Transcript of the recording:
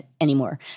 anymore